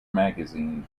magazine